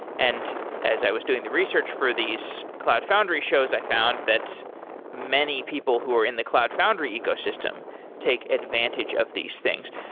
and as i was doing the research for these cloud foundry shows, i found that many people who are in the cloud foundry ecosystem take advantage of these things.